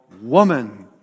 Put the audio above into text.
woman